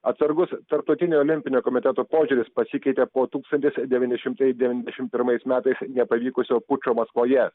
atsargus tarptautinio olimpinio komiteto požiūris pasikeitė po tūkstantis devyni šimtai devyniasdešimt pirmais metais nepavykusio pučo maskvoje